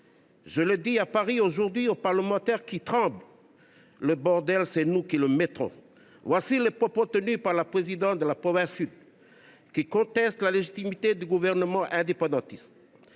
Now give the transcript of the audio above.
Je le dis à Paris aujourd’hui, aux parlementaires qui tremblent : le bordel, c’est nous qui le mettrons »: tels sont les propos qu’a tenus la présidente de la province Sud, qui conteste la légitimité du gouvernement indépendantiste.